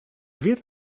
wird